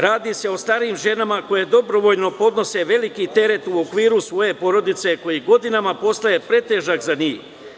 Radi se o starijim ženama koje dobrovoljno podnose veliki teret u okviru svoje porodice, koji godinama postoje pretežak za njih.